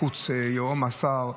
בחוץ יהום הסער,